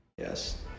yes